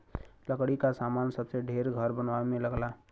लकड़ी क सामान सबसे ढेर घर बनवाए में लगला